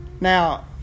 Now